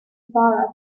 bar